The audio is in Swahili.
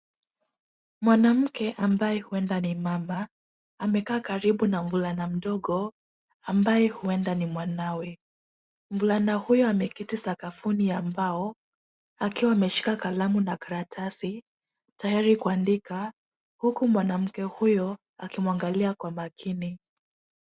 Mwanamke ambaye huenda ni mama. Amekaa karibu na mvulana mdogo ambaye huenda ni mwanawe. Mvulana huyo ameketi sakafuni ya mbao akiwa ameshika kalamu na karatasi tayari kuandika huku mwanamke huyo akimuangalia kwa makini.